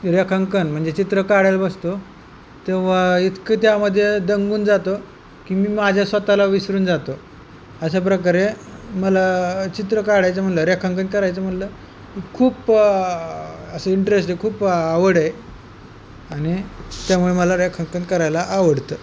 रेखांकन म्हणजे चित्र काढायला बसतो तेव्हा इतकं त्यामध्ये दंगून जातो की मी माझ्या स्वत ला विसरून जातो अशा प्रकारे मला चित्र काढायचं म्हटलं रेखांकन करायचं म्हटलं खूप असं इंटरेस्ट आहे खूप आवड आहे आणि त्यामुळे मला रेखांंकन करायला आवडतं